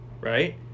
Right